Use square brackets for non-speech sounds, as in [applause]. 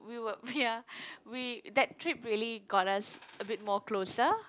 we were we are [laughs] we that trip really got us a bit more closer